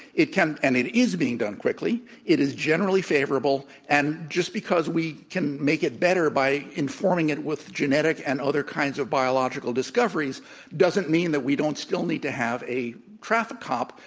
it can and it is being done quickly. it is generally favorable. and just because we can make it better by informing it with genetic and other kinds of biological discoveries doesn't mean that we don't still need to have a traffic cop,